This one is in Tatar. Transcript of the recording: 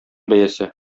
бәясе